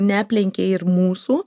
neaplenkė ir mūsų